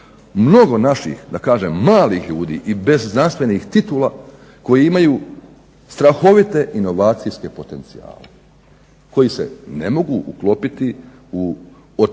mnogo naših da kažem malih ljudi i bez znanstvenih titula koji imaju strahovite inovacijske potencijale, koji se ne mogu uklopiti od